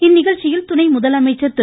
இந்நிகழ்ச்சியில் துணை முதலமைச்சர் திரு